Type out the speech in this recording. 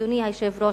אדוני היושב-ראש,